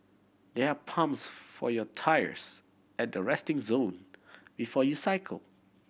there are pumps for your tyres at the resting zone before you cycle